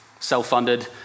Self-funded